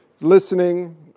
listening